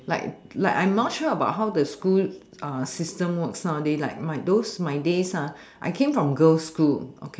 like like I'm not sure how the school system works nowadays but those my day ah I came from girl school